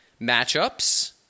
matchups